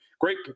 great